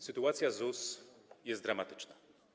Sytuacja ZUS jest dramatyczna.